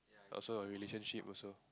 also a relationship also